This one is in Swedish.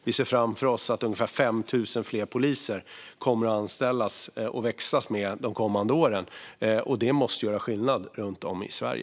Vi ser framför oss att ungefär 5 000 fler poliser kommer att anställas de kommande åren, och det måste göra skillnad runt om i Sverige.